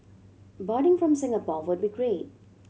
boarding from Singapore would be great